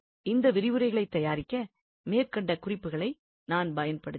இந்த விரிவுரைகளைத் தயாரிக்க மேற்கண்ட குறிப்புக்களை நான் பயன்படுத்தினேன்